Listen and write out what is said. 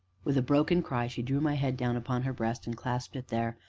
with a broken cry, she drew my head down upon her breast, and clasped it there,